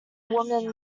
woman